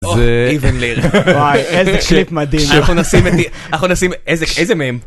איזה קליפ מדהים. אנחנו נשים איזה... איזה מהם?